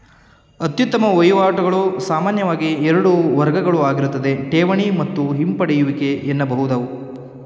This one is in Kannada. ಅತ್ಯುತ್ತಮ ವಹಿವಾಟುಗಳು ಸಾಮಾನ್ಯವಾಗಿ ಎರಡು ವರ್ಗಗಳುಆಗಿರುತ್ತೆ ಠೇವಣಿ ಮತ್ತು ಹಿಂಪಡೆಯುವಿಕೆ ಎನ್ನಬಹುದು